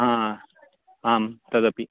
हा हा आम् तदपि